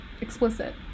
explicit